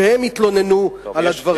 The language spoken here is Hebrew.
שהם התלוננו על הדברים הללו.